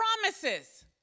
promises